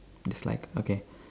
dislike okay